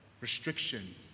Restriction